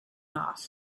off